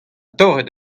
torret